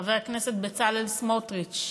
חבר הכנסת בצלאל סמוטריץ,